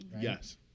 Yes